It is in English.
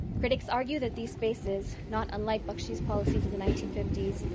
critics argue that these spaces, not unlike bakshi's policies of the nineteen fifty s,